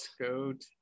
goat